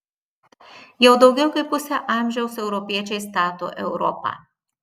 jau daugiau kaip pusę amžiaus europiečiai stato europą